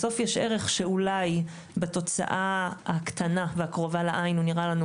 בסוף יש ערך שאולי בתוצאה הקטנה והקרובה לעין נראה לנו